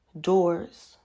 doors